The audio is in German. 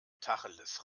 tacheles